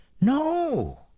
No